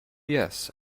yes